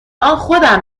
خودم